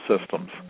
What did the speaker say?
systems